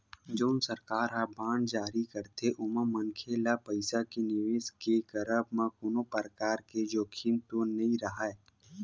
जउन सरकार ह बांड जारी करथे ओमा मनखे ल पइसा के निवेस के करब म कोनो परकार के जोखिम तो नइ राहय